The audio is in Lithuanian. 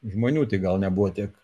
žmonių tik gal nebuvo tiek